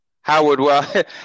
Howard